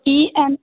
E N